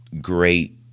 great